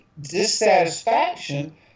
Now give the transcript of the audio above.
dissatisfaction